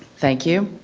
thank you.